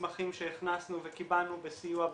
מסמכים שהכנסנו וקיבלנו בסיוע,